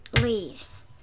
leaves